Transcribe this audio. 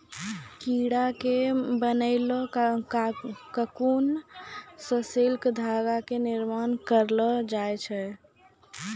कीड़ा के बनैलो ककून सॅ सिल्क के धागा के निर्माण करलो जाय छै